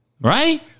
Right